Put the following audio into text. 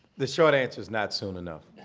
the short answer is not soon enough.